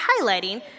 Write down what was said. highlighting